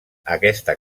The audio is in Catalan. aquesta